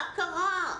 מה קרה?